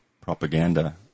propaganda